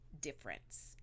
difference